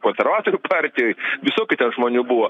konservatorių partijoj visokių žmonių buvo